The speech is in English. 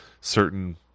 certain